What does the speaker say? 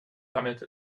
permettre